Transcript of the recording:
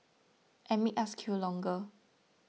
and make us queue longer